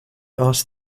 asked